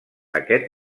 aquest